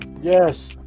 Yes